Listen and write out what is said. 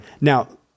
Now